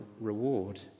reward